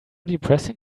depressing